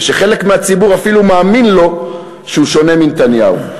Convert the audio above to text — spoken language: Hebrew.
ושחלק מהציבור אפילו מאמין לו שהוא שונה מנתניהו.